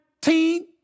team